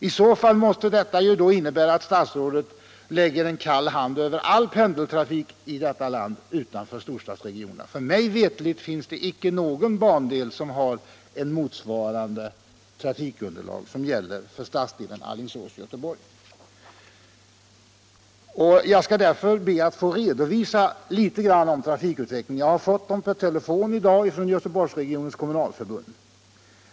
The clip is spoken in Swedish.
I så fall måste det innebära att statsrådet lägger en kall hand över all pendeltrafik utanför storstadsregionerna. Mig veterligt finns det inte någon bandel som har ett trafikunderlag som motsvarar det som Alingsås-Göteborg har. Jag skall därför be att något få redovisa trafikutvecklingen här. Jag har fått siffrorna per telefon i dag från Göteborgsregionens kommunalförbund.